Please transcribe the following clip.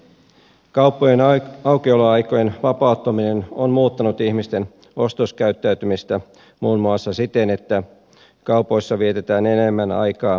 kauppojen aukioloaikojen vapauttaminen on muuttanut ihmisten ostoskäyttäytymistä muun muassa siten että kaupoissa vietetään enemmän aikaa viikonloppuisin